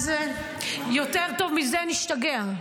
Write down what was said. מה זה, יותר טוב מזה, נשתגע.